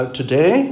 today